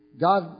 God